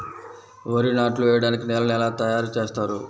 వరి నాట్లు వేయటానికి నేలను ఎలా తయారు చేస్తారు?